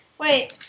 Wait